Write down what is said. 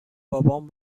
بابام